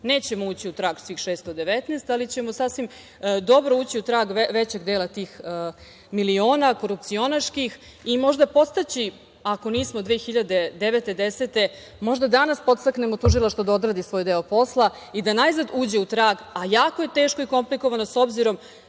Nećemo ući u trag svih 619, ali ćemo sasvim dobro ući u trag većeg dela tih miliona korupcionaških i možda podstaći, ako nismo 2009, 2010. godine, možda danas podstaknemo tužilaštvo da odradi svoj deo posla i da najzad uđe u trag, a jako je teško i komplikovano,